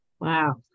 Wow